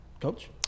Coach